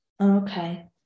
Okay